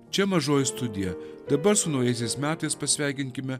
čia mažoji studija dabar su naujaisiais metais pasveikinkime